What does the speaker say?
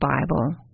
Bible